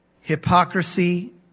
hypocrisy